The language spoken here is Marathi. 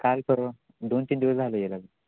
काल परवा दोन तीन दिवस झाले याय लागून